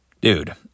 Dude